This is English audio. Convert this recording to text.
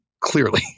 clearly